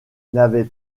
n’avait